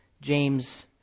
James